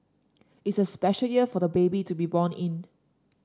it's a special year for the baby to be born in